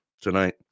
tonight